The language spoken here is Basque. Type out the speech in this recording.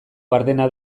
gardena